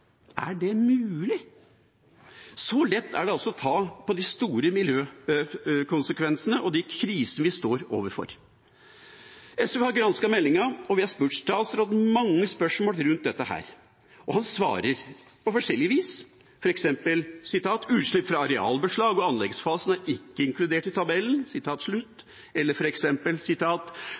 Er det mulig? Så lett kan man altså ta på de store miljøkonsekvensene og den krisen vi står overfor. SV har gransket meldinga, og vi har stilt statsråden mange spørsmål rundt dette. Han svarer på forskjellig vis, f.eks.: «Utslipp fra arealbeslag og anleggsfasen er ikke inkludert i tabellen.»